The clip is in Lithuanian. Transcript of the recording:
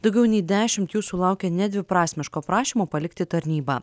daugiau nei dešimt jų sulaukė nedviprasmiško prašymo palikti tarnybą